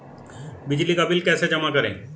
बिजली का बिल कैसे जमा करें?